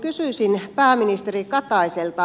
kysyisin pääministeri kataiselta